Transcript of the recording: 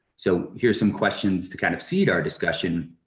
so here are some questions to kind of seed our discussion.